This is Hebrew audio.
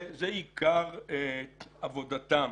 זה עיקר עבודתם,